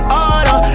order